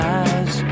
eyes